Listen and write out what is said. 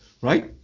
Right